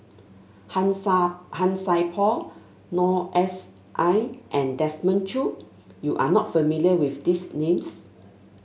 Han Han Sai Por Noor S I and Desmond Choo you are not familiar with these names